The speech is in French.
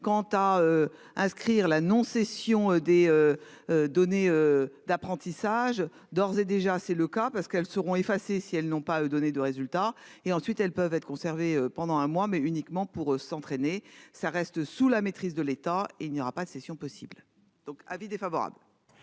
Quant à inscrire la non-session des. Données d'apprentissage d'ores et déjà, c'est le cas, parce qu'elles seront effacées si elles n'ont pas eux donné de résultats et ensuite elles peuvent être conservées pendant un mois, mais uniquement pour s'entraîner. Ça reste sous la maîtrise de l'état, il n'y aura pas de session possible donc avis défavorable.